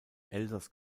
elsass